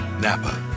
Napa